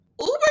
Uber